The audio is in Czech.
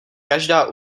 každá